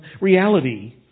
reality